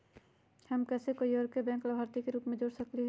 हम कैसे कोई और के बैंक लाभार्थी के रूप में जोर सकली ह?